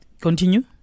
continue